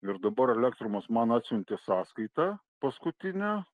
ir dabar elektrumas man atsiuntė sąskaitą paskutinę